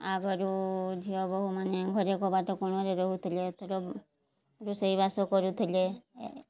ଆଗରୁ ଝିଅ ବୋହୁମାନେ ଘରେ କବାଟ କୋଣରେ ରହୁଥିଲେ ଥର ରୋଷେଇବାସ କରୁଥିଲେ